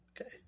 Okay